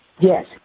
Yes